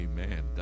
Amen